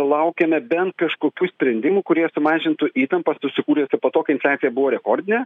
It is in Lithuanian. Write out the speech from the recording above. laukiame bent kažkokių sprendimų kurie sumažintų įtampą susikūrė po to kai infliacija buvo rekordinė